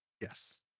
yes